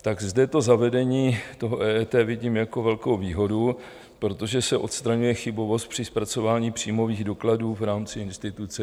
Tak zde to zavedení toho EET vidím jako velkou výhodu, protože se odstraňuje chybovost při zpracování příjmových dokladů v rámci instituce.